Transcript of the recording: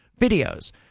videos